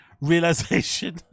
Realization